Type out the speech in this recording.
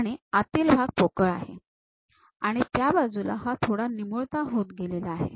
आणि हा आतील भाग पोकळ आहे आणि त्या बाजूला हा थोडा निमुळता होत गेलेला आहे